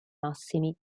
massimi